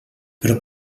però